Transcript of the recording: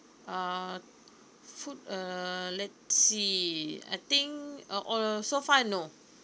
uh food uh let's see I think uh all so far no